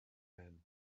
men